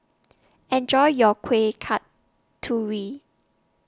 Enjoy your Kuih Kasturi